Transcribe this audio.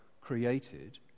created